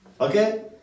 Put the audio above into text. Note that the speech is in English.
okay